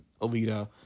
Alita